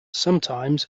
sometimes